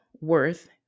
worth